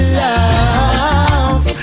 love